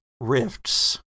rifts